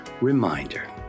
reminder